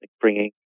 bringing